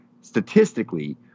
statistically